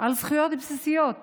על זכויות בסיסיות